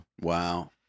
Wow